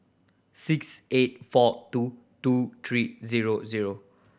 six eight four two two three zero zero